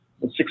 six